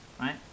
right